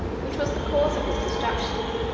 which was the cause of his destruction,